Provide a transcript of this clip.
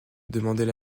demandait